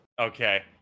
Okay